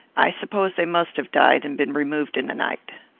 i suppose they must have died, and been removed in the night.